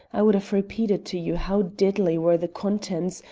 i would have repeated to you how deadly were the contents,